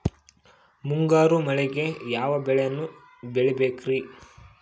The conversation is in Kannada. ಮುಂಗಾರು ಮಳೆಗೆ ಯಾವ ಬೆಳೆಯನ್ನು ಬೆಳಿಬೇಕ್ರಿ?